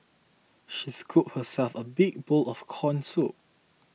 she scooped herself a big bowl of Corn Soup